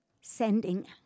sending